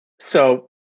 So-